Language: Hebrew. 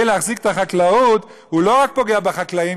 להחזיק את החקלאות לא רק פוגע בחקלאים,